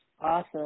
Awesome